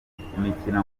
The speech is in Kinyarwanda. imikino